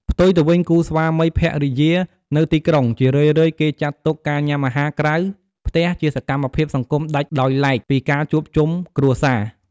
ផ្ទុយទៅវិញ គូស្វាមីភរិយានៅទីក្រុង ជារឿយៗគេចាត់ទុកការញ៉ាំអាហារក្រៅផ្ទះជាសកម្មភាពសង្គមដាច់ដោយឡែក ពីការជួបជុំគ្រួសារ។